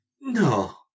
No